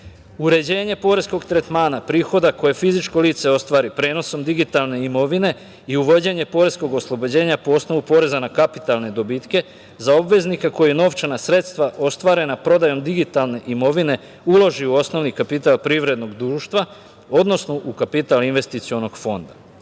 Uređenje poreskog tretmana, prihoda koje fizičko lice ostvari prenosom digitalne imovine i uvođenje poreskog oslobođenja po osnovu poreza na kapitalne dobitke, za obveznike koji novčana sredstva ostvarena prodajom digitalne imovine uloži u osnovni kapital privrednog društva, odnosno u kapital investicionog